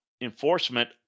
enforcement